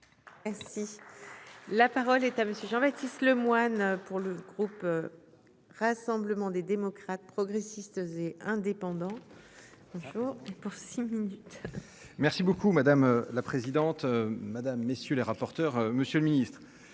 Si. La parole est à monsieur Jean Baptiste Lemoyne pour le groupe. Rassemblement des démocrates, progressistes et indépendants. Bonjour et pour six minutes. Merci beaucoup madame la présidente, madame, messieurs les rapporteurs. Monsieur le Ministre,